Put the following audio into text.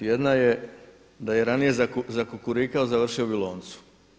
Jedna je da je i ranije zakukurikao završio bi u loncu.